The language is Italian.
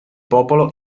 popolo